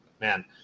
man